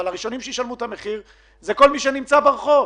אבל הראשונים שישלמו את המחיר זה כל מי שנמצא ברחוב.